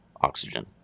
oxygen